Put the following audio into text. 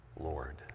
Lord